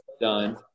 done